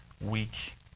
week